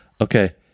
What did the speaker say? Okay